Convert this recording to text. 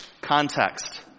Context